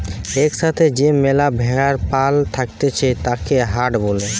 এক সাথে যে ম্যালা ভেড়ার পাল থাকতিছে তাকে হার্ড বলে